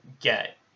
get